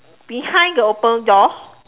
behind the open door